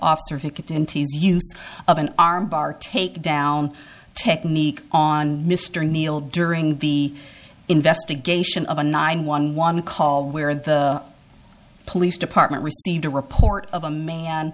use of an arm bar takedown technique on mr neal during the investigation of a nine one one call where the police department received a report of a man